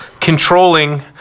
controlling